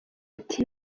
ati